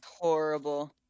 horrible